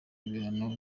ibihano